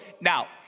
now